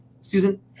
Susan